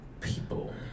people